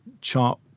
chart